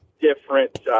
different